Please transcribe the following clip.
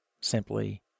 Simply